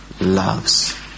loves